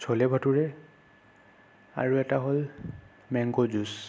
চ'লে ভটোৰে আৰু এটা হ'ল মেংগ' জুচ